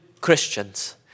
Christians